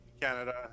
Canada